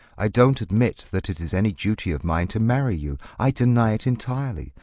i don't admit that it is any duty of mine to marry you. i deny it entirely.